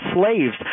slaves